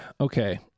Okay